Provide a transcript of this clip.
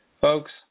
folks